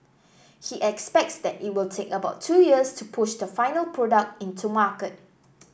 he expects that it will take about two years to push the final product into market